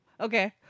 Okay